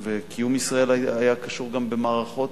וקיום ישראל היה קשור גם במערכות,